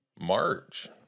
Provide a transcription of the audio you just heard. march